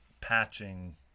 patching